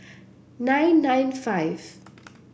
nine nine five